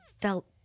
felt